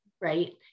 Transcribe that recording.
right